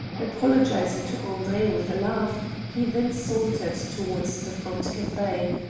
apologising to andre with a laugh, he then sauntered towards the front cafe,